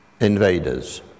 invaders